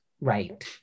Right